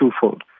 twofold